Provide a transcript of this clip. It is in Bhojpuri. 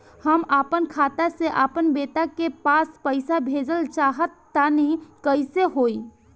हम आपन खाता से आपन बेटा के पास पईसा भेजल चाह तानि कइसे होई?